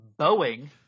Boeing